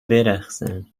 برقصم